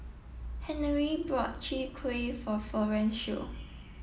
Henery bought Chwee Kueh for Florencio